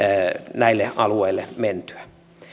näille alueille mentyään